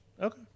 Okay